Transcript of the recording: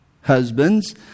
husbands